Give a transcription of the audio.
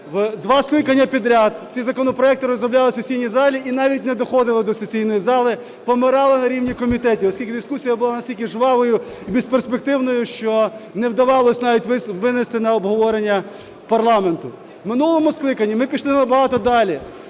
два скликання підряд ці законопроекти розроблялися в сесійній залі і навіть не доходили до сесійної зали, помирали на рівні комітетів, оскільки дискусія була настільки жвавою і безперспективною, що не вдавалося навіть винести на обговорення парламенту. В минулому скликанні ми пішли набагато далі.